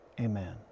amen